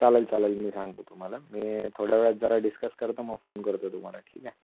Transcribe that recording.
चालेल चालेल मी सांगतो तुम्हाला मी थोड्यावेळात जरा डिस्कस करतो मग फोन करतो तुम्हाला ठीक आहे